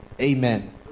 Amen